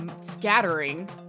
scattering